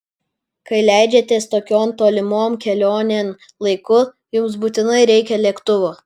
kai leidžiatės tokion tolimon kelionėn laiku jums būtinai reikia lėktuvo